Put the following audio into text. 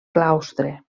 claustre